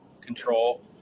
control